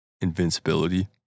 invincibility